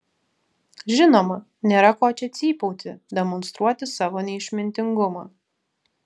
žinoma nėra ko čia cypauti demonstruoti savo neišmintingumą